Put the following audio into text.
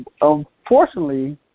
unfortunately